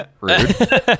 Rude